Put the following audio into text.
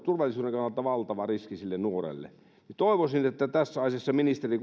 turvallisuuden kannalta valtava riski sille nuorelle toivoisin että kun tässä asiassa ministeri